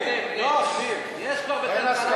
יש כבר.